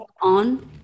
on